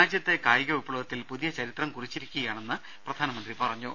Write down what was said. രാജ്യത്തെ കായിക വിപ്തവത്തിൽ പുതിയ ചരിത്രം കുറി ച്ചിരിക്കുകയാണെന്ന് പ്രധാനമന്ത്രി പറഞ്ഞു